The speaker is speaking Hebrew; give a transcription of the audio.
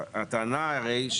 --- הטענה הרי,